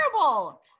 terrible